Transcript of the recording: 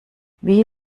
wie